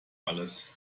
alles